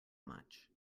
much